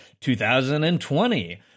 2020